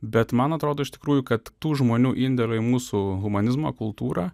bet man atrodo iš tikrųjų kad tų žmonių indėlio į mūsų humanizmo kultūrą